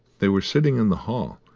they were sitting in the hall,